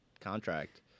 contract